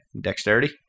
dexterity